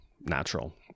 natural